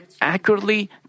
accurately